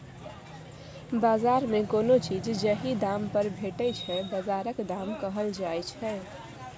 बजार मे कोनो चीज जाहि दाम पर भेटै छै बजारक दाम कहल जाइ छै